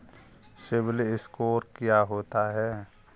CIBIL score क्या होता है?